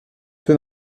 peu